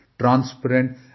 transparent